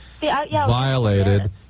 violated